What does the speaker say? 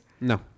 No